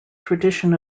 tradition